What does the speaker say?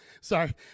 Sorry